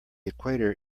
equator